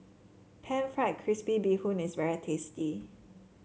pan fried crispy Bee Hoon is very tasty